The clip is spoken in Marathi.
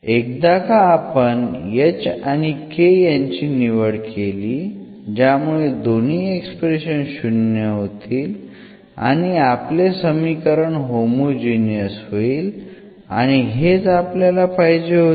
एकदा का आपण h आणि k यांची निवड केली ज्यामुळे दोन्ही एक्सप्रेशन्स शून्य होतील आणि आपले समीकरण होमोजिनियस होईल आणि हेच आपल्याला पाहिजे होते